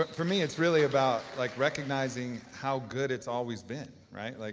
but for me, it's really about like recognizing how good it's always been, right? like